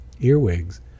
earwigs